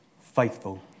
faithful